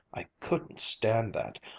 i couldn't stand that.